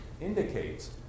indicates